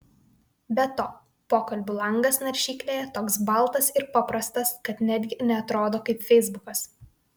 be to pokalbių langas naršyklėje toks baltas ir paprastas kad netgi neatrodo kaip feisbukas